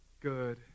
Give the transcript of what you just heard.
good